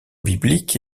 biblique